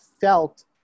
felt